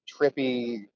trippy